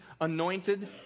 Anointed